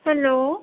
hello